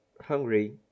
hungry